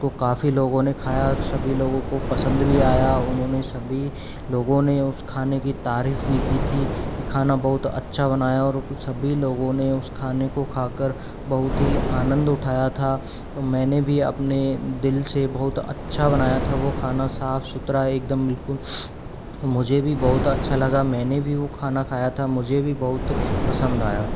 उसको काफ़ी लोगों ने खाया सभी लोगों को पसंद भी आया उन्होंने सभी लोगों ने उसे खाने की तारीफ़ भी की थी खाना बहुत अच्छा बनाया और कुछ अभी लोगों ने उसे खाने को खाकर बहुत ही आनंद उठाया था तो मैंने भी आपने दिल से बहुत अच्छा बनाया था वो खाना साफ़ सुथरा एकदम बिल्कुल मुझे भी बहुत अच्छा लगा मैंने भी वो खाना खाया था मुझे भी बहुत पसंद आया